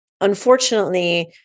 unfortunately